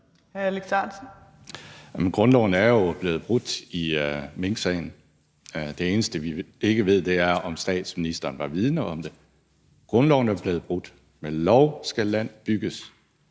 Alex Ahrendtsen (DF): Grundloven er jo blevet brudt i minksagen. Det eneste, vi ikke ved, er, om statsministeren var vidende om det. Grundloven er blevet brudt – med lov skal land bygges.